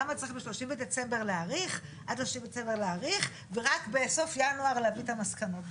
למה צריך ב-30 בדצמבר להאריך ורק בסוף ינואר להביא את המסקנות?